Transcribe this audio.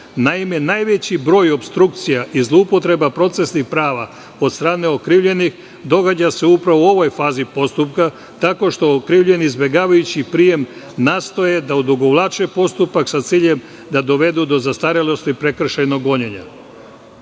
Naime, najveći broj opstrukcija i zloupotreba procesnih prava od strane okrivljenih, događa se upravo u ovoj fazi postupka, tako što okrivljeni izbegavajući prijem, nastoje da odugovlače postupak sa ciljem da dovedu do zastarelosti prekršajnog gonjenja.U